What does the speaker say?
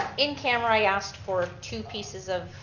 in camera i asked for two pieces of